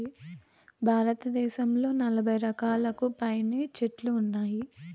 భారతదేశంలో నలబై రకాలకు పైనే చెట్లు ఉన్నాయి